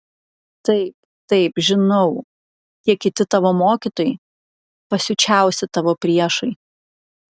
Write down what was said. taip taip žinau tie kiti tavo mokytojai pasiučiausi tavo priešai